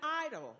idol